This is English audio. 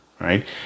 right